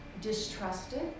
distrusted